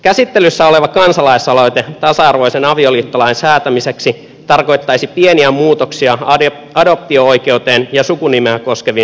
käsittelyssä oleva kansalaisaloite tasa arvoisen avioliittolain säätämiseksi tarkoittaisi pieniä muutoksia adoptio oikeuteen ja sukunimeä koskeviin säännöksiin